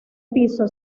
piso